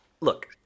look